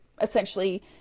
essentially